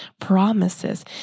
promises